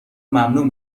ممنوع